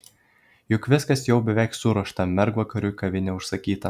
juk viskas jau beveik suruošta mergvakariui kavinė užsakyta